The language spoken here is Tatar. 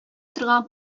торган